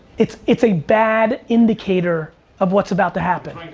it's it's a bad indicator of what's about to happen.